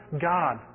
God